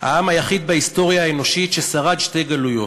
העם היחיד בהיסטוריה האנושית ששרד שתי גלויות,